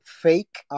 fake